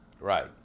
Right